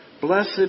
Blessed